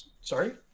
Sorry